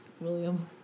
William